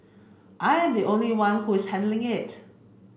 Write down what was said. I am the only one who is handling it